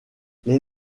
les